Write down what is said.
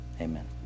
Amen